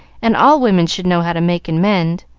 and all women should know how to make and mend.